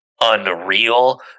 unreal